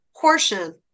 portion